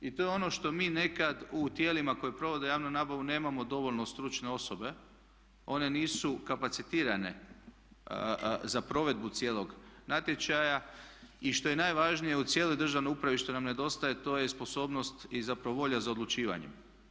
I to je ono što mi nekad u tijelima koja provode javnu nabavu nemamo dovoljno stručne osobe, one nisu kapacitirane za provedbu cijelog natječaja i što je najvažnije u cijeloj državnoj upravi što nam nedostaje to je sposobnost i zapravo volja za odlučivanjem.